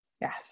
Yes